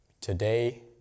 Today